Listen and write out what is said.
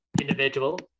individual